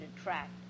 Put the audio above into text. attract